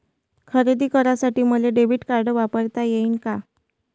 खरेदी करासाठी मले डेबिट कार्ड वापरता येईन का?